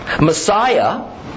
Messiah